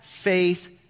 Faith